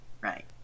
Right